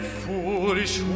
foolish